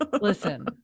Listen